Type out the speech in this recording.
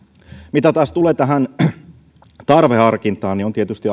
mitä taas tulee tähän tarveharkintaan on tietysti